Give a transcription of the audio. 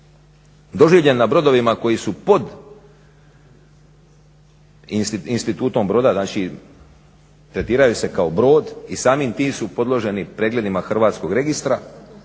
doživljen na brodovima koji su pod institutom broda, znači tretiraju se kao brod i samim tim su podloženi pregledima hrvatskog registra